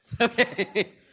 Okay